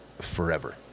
forever